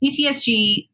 CTSG